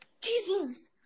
Jesus